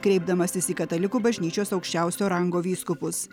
kreipdamasis į katalikų bažnyčios aukščiausio rango vyskupus